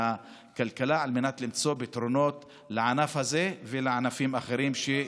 הכלכלה על מנת למצוא פתרונות לענף הזה ולענפים אחרים.